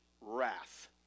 wrath